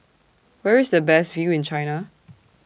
Where IS The Best View in China